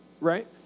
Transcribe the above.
right